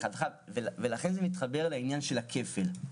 לכן זה מתחבר לעניין של הכפל.